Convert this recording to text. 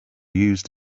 used